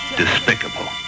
despicable